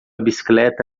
bicicleta